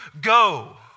go